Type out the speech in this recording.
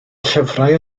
llyfrau